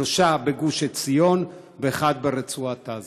שלושה בגוש עציון ואחד ברצועת עזה.